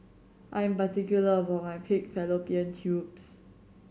I am particular about my pig fallopian tubes